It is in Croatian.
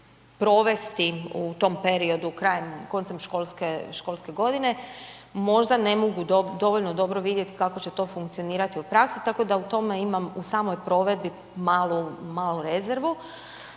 u tom periodu koncem školske godine. Možda ne mogu dovoljno dobro vidjeti kako će to funkcionirati u praksi tako da u tome u samoj provedbi malu rezervu.